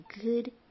good